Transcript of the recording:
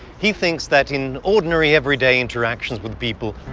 he thinks that in ordinary, everyday interactions with people,